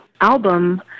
album